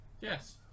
Yes